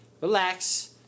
relax